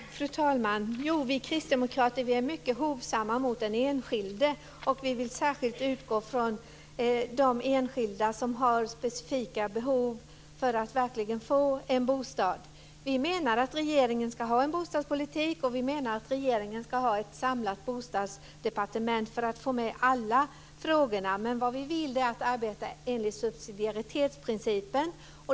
Fru talman! Vi kristdemokrater är mycket hovsamma mot den enskilde. Vi vill särskilt utgå från de enskilda som har specifika behov när det gäller att få en bostad. Regeringen ska föra en bostadspolitik och ha ett samlat bostadsdepartement som hanterar alla frågor. Men vi vill arbeta enligt subsidiaritetsprincipen.